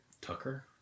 Tucker